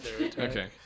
Okay